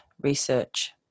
research